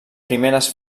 primeres